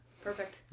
Perfect